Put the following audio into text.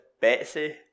Betsy